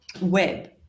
web